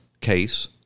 case